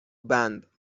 بند